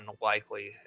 unlikely